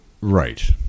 Right